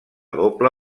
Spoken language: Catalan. doble